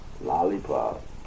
Lollipop